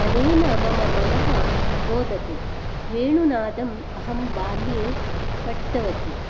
अनेन मम मनः मोदति वेणुनादम् अहं बाल्ये पठितवती